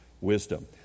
Wisdom